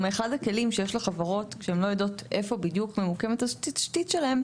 אחד הכלים שיש לחברות כשהן לא בטוחות איפה ממוקמת התשתית שלהם,